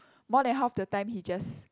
more than half the time he just